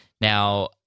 Now